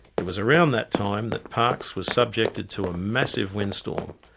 it was around that time that parkes was subjected to a massive wind storm.